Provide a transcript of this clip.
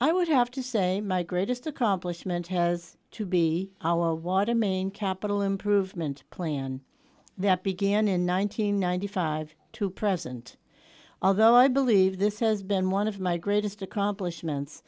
i would have to say my greatest accomplishment has to be our water main capital improvement plan that began in one thousand nine hundred ninety five to present although i believe this has been one of my greatest accomplishments